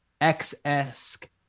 X-esque